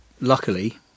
luckily